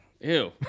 Ew